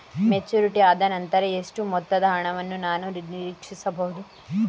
Maturity ಆದನಂತರ ಎಷ್ಟು ಮೊತ್ತದ ಹಣವನ್ನು ನಾನು ನೀರೀಕ್ಷಿಸ ಬಹುದು?